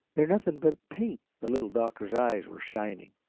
they're nothing but paint! the little doctor's eyes were shining.